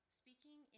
speaking